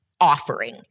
offering